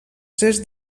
tres